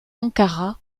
ankara